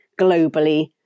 globally